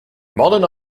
modern